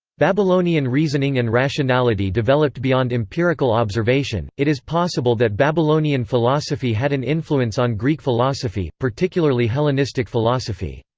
babylonian reasoning and rationality developed beyond empirical observation it is possible that babylonian philosophy had an influence on greek philosophy, particularly hellenistic philosophy.